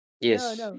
yes